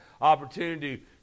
opportunity